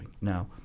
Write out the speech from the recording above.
Now